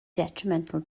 detrimental